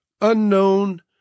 unknown